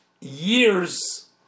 years